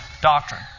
doctrine